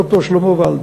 ד"ר שלמה ולד,